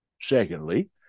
Secondly